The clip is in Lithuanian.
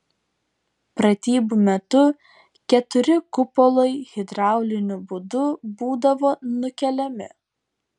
pratybų metu keturi kupolai hidrauliniu būdu būdavo nukeliami